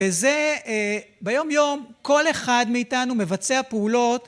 וזה ביום יום כל אחד מאיתנו מבצע פעולות